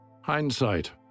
Hindsight